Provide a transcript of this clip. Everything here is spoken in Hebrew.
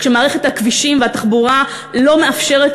כשמערכת הכבישים והתחבורה לא מאפשרת